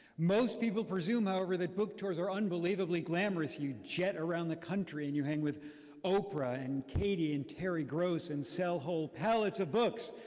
most people presume, however, that book tours are unbelievable glamourous. you jet around the country and you hang with oprah and katy and terry gross and sell whole pallets of books.